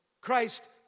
Christ